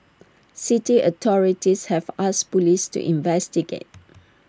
city authorities have asked Police to investigate